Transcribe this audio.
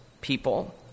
people